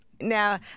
Now